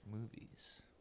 movies